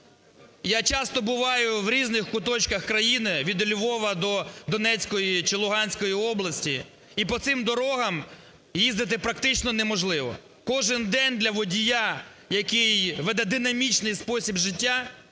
Я часто буваю в різних куточках країни, від Львова до Донецької чи Луганської області, і по цим дорогам їздити практично неможливо, кожен день для водія, який веде динамічний спосіб життя,